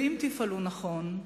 ואם תפעלו נכון,